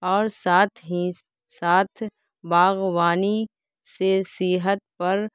اور ساتھ ہی ساتھ باغبانی سے صحت پر